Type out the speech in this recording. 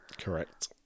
Correct